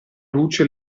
luce